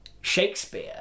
shakespeare